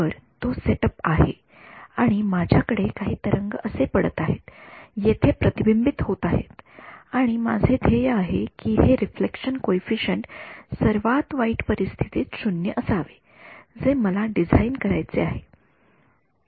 तर तो set up आहे आणि माझ्याकडे काही तरंग असे पडत आहेत येथे प्रतिबिंबित होत आहेत आणि माझे ध्येय आहे की हे रिफ्लेक्शन कॉइफिसिएंट सर्वात वाईट परिस्थितीत 0 असावे जे मला डिझाइन करायचे आहे